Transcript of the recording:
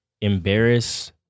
Embarrass